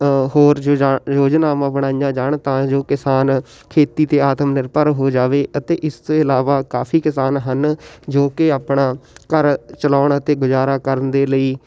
ਹੋਰ ਯੋਜਾਨ ਯੋਜਨਾਵਾਂ ਬਣਾਈਆਂ ਜਾਣ ਤਾਂ ਜੋ ਕਿਸਾਨ ਖੇਤੀ 'ਤੇ ਆਤਮ ਨਿਰਭਰ ਹੋ ਜਾਵੇ ਅਤੇ ਇਸ ਤੋਂ ਇਲਾਵਾ ਕਾਫੀ ਕਿਸਾਨ ਹਨ ਜੋ ਕਿ ਆਪਣਾ ਘਰ ਚਲਾਉਣ ਅਤੇ ਗੁਜ਼ਾਰਾ ਕਰਨ ਦੇ ਲਈ